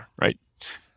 right